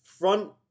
front